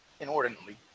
inordinately